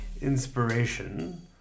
Inspiration